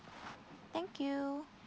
thank you